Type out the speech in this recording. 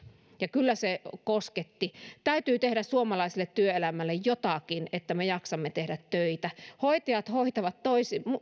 ja kyllä se kosketti täytyy tehdä suomalaiselle työelämälle jotakin että me jaksamme tehdä töitä kun hoitajat hoitavat